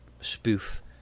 spoof